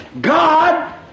God